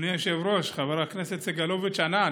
אדוני היושב-ראש, חבר הכנסת סגלוביץ' ענה.